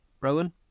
Rowan